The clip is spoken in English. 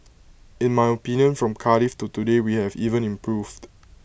in my opinion from Cardiff to today we have even improved